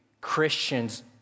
Christians